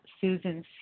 Susan